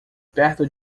perto